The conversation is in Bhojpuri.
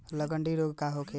लगंड़ी रोग का होखे?